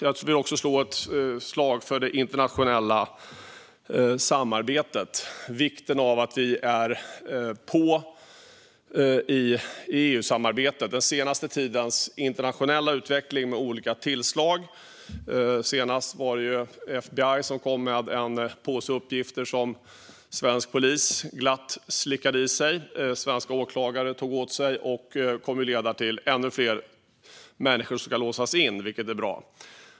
Jag vill också slå ett slag för det internationella samarbetet och vikten av att vi ligger på i EU-samarbetet. Den senaste tidens internationella utveckling med olika tillslag - senaste var det FBI som kom med en påse uppgifter som svensk polis glatt slickade i sig och som svenska åklagare tog åt sig - kommer att leda till att ännu fler människor kan låsas in, vilket är bra.